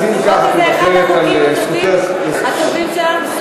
זה אחד החוקים הטובים שלנו.